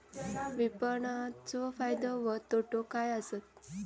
विपणाचो फायदो व तोटो काय आसत?